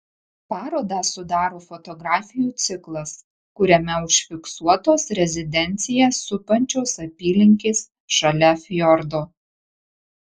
parodą sudaro fotografijų ciklas kuriame užfiksuotos rezidenciją supančios apylinkės šalia fjordo